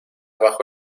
bajo